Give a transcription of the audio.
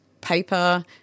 paper